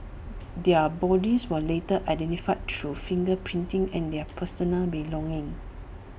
their bodies were later identified through finger printing and their personal belongings